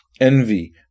envy